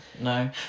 no